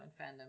fandom